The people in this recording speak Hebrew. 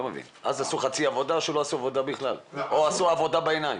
אז עשו חצי עבודה או שלא עשו עבודה בכלל או עשו עבודה בעיניים.